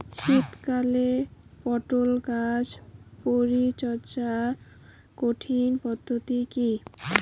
শীতকালে পটল গাছ পরিচর্যার সঠিক পদ্ধতি কী?